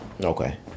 Okay